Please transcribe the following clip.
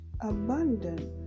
abundant